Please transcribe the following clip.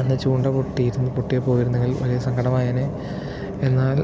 അന്ന് ചൂണ്ട പൊട്ടിയിരുന്നു പൊട്ടിപ്പോയിരുന്നെങ്കിൽ വലിയ സങ്കടം ആയേനെ എന്നാൽ